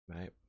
right